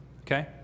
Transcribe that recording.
okay